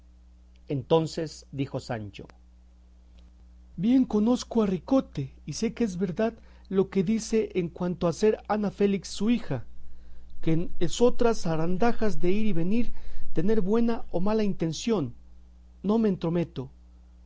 entonces dijo sancho bien conozco a ricote y sé que es verdad lo que dice en cuanto a ser ana félix su hija que en esotras zarandajas de ir y venir tener buena o mala intención no me